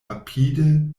rapide